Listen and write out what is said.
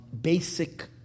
basic